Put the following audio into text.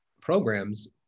programs